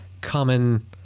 common